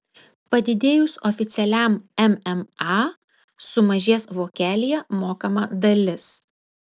padidėjus oficialiam mma sumažės vokelyje mokama dalis